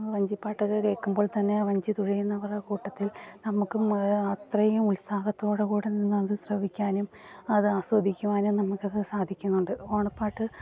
വഞ്ചിപ്പാട്ടൊക്കെ കേൾക്കുമ്പോൾ തന്നെ വഞ്ചി തുഴയുന്നവരുടെ കൂട്ടത്തിൽ നമുക്കും അത്രയും ഉത്സാഹത്തോടെ കൂടെ നിന്ന് അത് ശ്രവിക്കാനും അത് ആസ്വദിക്കുവാനും നമുക്ക് സാധിക്കുന്നുണ്ട് ഓണപ്പാട്ട്